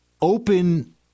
open